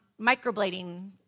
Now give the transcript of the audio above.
microblading